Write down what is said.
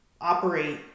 operate